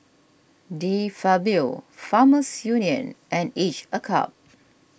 De Fabio Farmers Union and Each a Cup